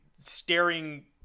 staring